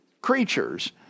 creatures